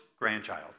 grandchild